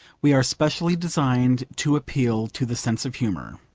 we are specially designed to appeal to the sense of humour.